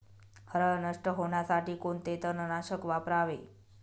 हरळ नष्ट होण्यासाठी कोणते तणनाशक वापरावे?